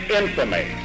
infamy